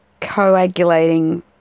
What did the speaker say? coagulating